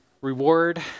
Reward